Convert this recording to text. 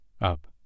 up